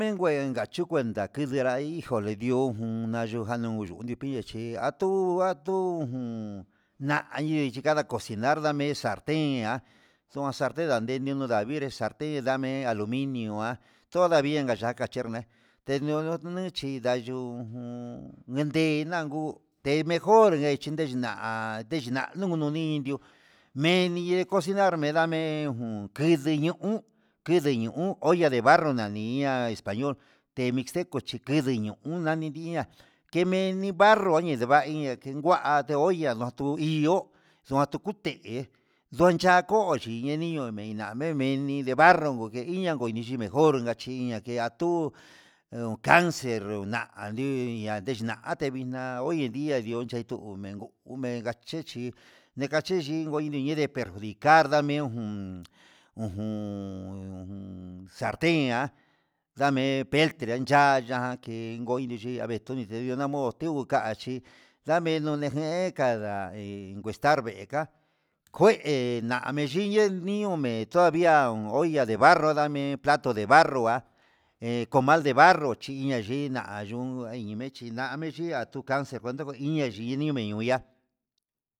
Ngue nguei kachu kenrai ijole ndi'om ujun nayuu januu nuyuni ndipilla chi atu atu jun na'ayi nika cosinar dame salten ihá do salten daniunro naninre xa'a salten ndame aluminió há toda bien achaka xhenrena ndeniunu chi ndayujun ndande nanju tei mejor na chinei na'a ndechina nduju nuni di'ó menine cosinar ndenanme'e uun kidii ñuu, kidii ño'o olla de barro nani ña'a español de mixteco chí kidii ñoo unani ndiá keneni barro denainia ndetngua nee olla ndatuu ihó, nduan ndute hé ndoncha koche ndenió meneina ndeini de barro nguteinia ngo onixhi mejor ingachi atuu cancer ndanguu ñadena tevixna olla ndia nachen duu menga ndenachechi inka perjudicar ndamien jun ujun salten ihá ndamme preter yaya kei ngonde chii anetui namo'o nadetu ngaichi ndame nune je ka'a, nda encuestar meka kue nani xhiunan men todavia hoy olla de barro damen plato de barro ha comal de barro chiña yi nayun ayimechi naame'e chia ndace ina chi ndimia.